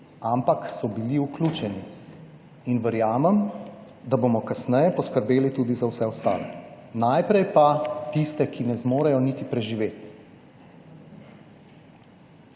ampak so bili vključeni in verjamem, da bomo kasneje poskrbeli tudi za vse ostale, najprej pa tiste, ki ne zmorejo niti preživeti.